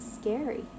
scary